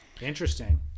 Interesting